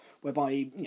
Whereby